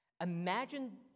Imagine